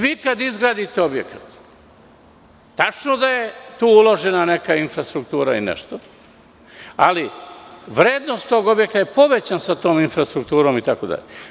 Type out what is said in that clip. Vi kada izgradite objekat, tačno je da je tu uložena neka infrastruktura i nešto, ali vrednost tog objekta je povećan sa tom infrastrukturom itd.